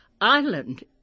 Ireland